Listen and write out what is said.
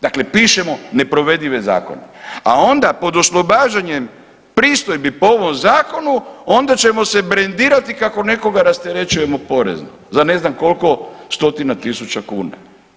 Dakle pišemo neprovedive zakone, a onda pod oslobađanjem pristojbi po ovom Zakonu, onda ćemo se brendirati kako nekoga rasterećujemo porezno za ne znam koliko stotina tisuća kuna.